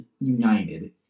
United